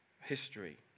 history